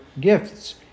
gifts